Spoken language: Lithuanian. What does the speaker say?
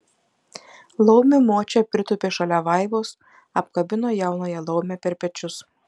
laumių močia pritūpė šalia vaivos apkabino jaunąją laumę per pečius